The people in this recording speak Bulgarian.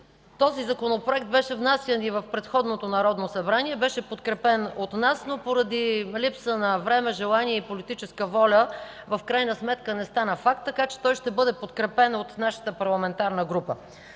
Този Законопроект беше внасян и в предходното Народно събрание. Беше подкрепен от нас, но поради липса на време, желание и политическа воля в крайна сметка не стана факт, така че той ще бъде подкрепен от нашата парламентарна група.